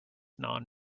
non